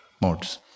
modes